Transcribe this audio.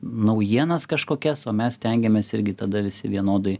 naujienas kažkokias o mes stengiamės irgi tada visi vienodai